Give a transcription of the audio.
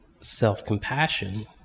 self-compassion